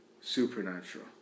supernatural